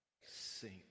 sink